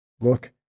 Look